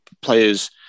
players